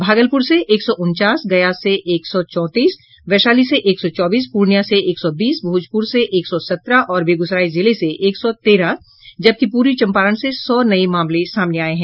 भागलपुर से एक सौ उनचास गया जिले से एक सौ चौंतीस वैशाली से एक सौ चौबीस पूर्णियां से एक सौ बीस भोजपूर से एक सौ सत्रह और बेगूसराय जिले से एक सौ तेरह जबकि पूर्वी चम्पारण से सौ नये मामले सामने आये है